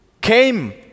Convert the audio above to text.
came